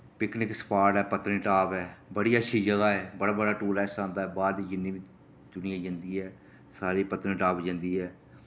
picnic spot ऐ पत्नीटाप ऐ बड़ी अच्छी जगह ऐ बड़ा बड़ा टूरिस्ट आंदा ऐ बाह्र दे जिन्ने बी दुनिया जन्दी ऐ सारी पत्नीटाप जन्दी ऐ